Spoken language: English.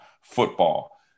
football